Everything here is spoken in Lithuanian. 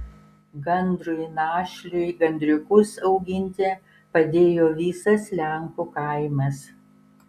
gandrui našliui gandriukus auginti padėjo visas lenkų kaimas